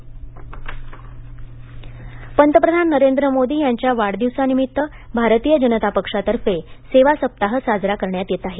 पंतप्रधान वाढदिवस पंतप्रधान नरेंद्र मोदी यांच्या वाढदिवसानिमित्त भारतीय जनता पक्षातर्फे सेवा सप्ताह साजरा करण्यात येत आहे